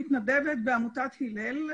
מתנדבת בעמותת הלל,